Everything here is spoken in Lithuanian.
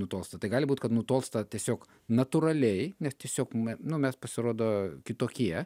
nutolsta tai gali būt kad nutolsta tiesiog natūraliai nes tiesiog nu mes pasirodo kitokie